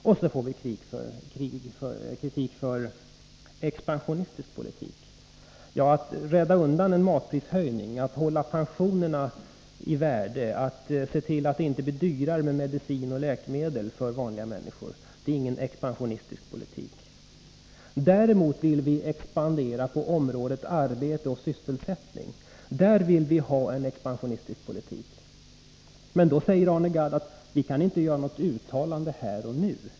Dessutom får vi kritik för expansionistisk politik. Att rädda människorna undan en matprishöjning, att hålla pensionerna uppe i värde, att se till att det inte blir dyrare med medicin och andra läkemedel för vanliga människor — det är ingen expansionistisk politik. Däremot vill vi expandera på området arbete och sysselsättning. Där vill vi ha en expansionistisk politik. Men då säger Arne Gadd: Vi kan inte göra något uttalande här och nu.